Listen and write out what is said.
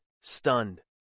stunned